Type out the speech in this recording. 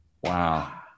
Wow